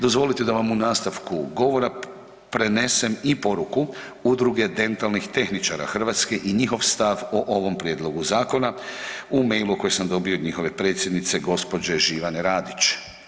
Dozvolite da vam u nastavku govora prenesem i poruku Udruge dentalnih tehničara Hrvatske i njihov stav o ovom prijedlogu zakona u mailu koji sam dobio od njihove predsjednice gđe. Živane Radić.